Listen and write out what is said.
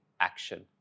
action